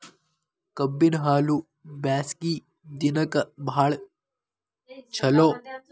ಕಬ್ಬಿನ ಹಾಲು ಬ್ಯಾಸ್ಗಿ ದಿನಕ ಬಾಳ ಚಲೋ